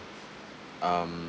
um